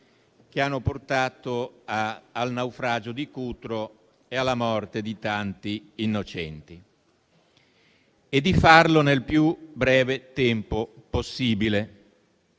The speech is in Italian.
che hanno portato a al naufragio di Cutro e alla morte di tanti innocenti e di farlo nel più breve tempo possibile.